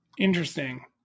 Interesting